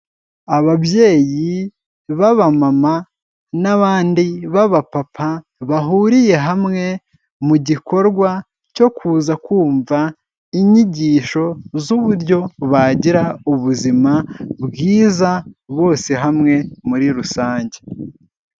Ababyeyi b'abamama, n'abandi b'abapapa bahuriye hamwe mu gikorwa cyo kuza, kumva inyigisho z'uburyo bagira ubuzima bwiza, bose hamwe muri rusange.